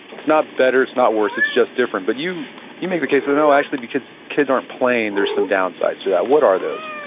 it's not better. it's not worse. it's just different. but you you make the case that, no. actually, when kids aren't playing, there's some downsides to that. what are those?